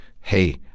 hey